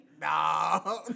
nah